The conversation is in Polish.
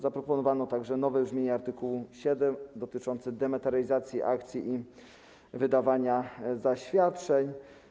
Zaproponowano także nowe brzmienie art. 7 dotyczącego dematerializacji akcji i wydawania zaświadczeń.